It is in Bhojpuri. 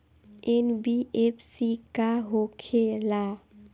एन.बी.एफ.सी का होंखे ला?